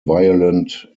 violent